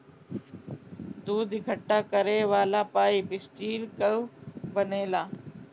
दूध इकट्ठा करे वाला पाइप स्टील कअ बनेला